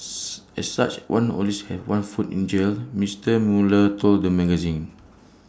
as such one always has one foot in jail Mister Mueller told the magazine